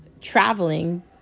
traveling